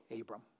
Abram